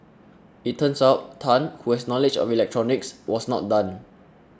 it turns out Tan who has knowledge of electronics was not done